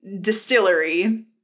distillery